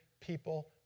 people